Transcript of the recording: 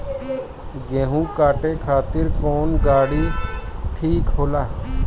गेहूं काटे खातिर कौन गाड़ी ठीक होला?